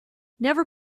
never